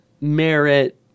merit